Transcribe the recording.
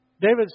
David